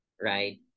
right